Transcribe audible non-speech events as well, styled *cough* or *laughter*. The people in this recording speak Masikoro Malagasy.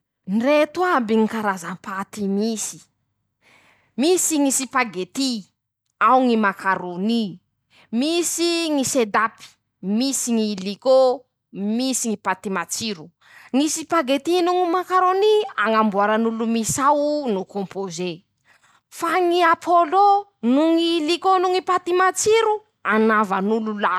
Ndreto aby ñy karazam-paty misy: -Misy ñy sipagety. ao ñy makarôny. misy ñy sedapy. misy ñy elikô. misy ñy paty matsiro ;ñy sipagety noho ñy makarôny. añamboaran'olo misao noho composé. *shushes* fa ñy apôlô noho ñ'elikô noho paty matsiro. anaovan'olo lasopy.